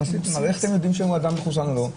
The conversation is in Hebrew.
איך אתם יודעים אם אדם מחוסן או לא?